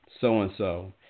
so-and-so